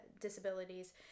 disabilities